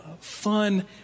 fun